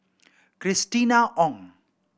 Christina Ong